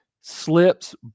slips